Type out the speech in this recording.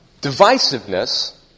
divisiveness